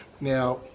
Now